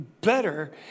better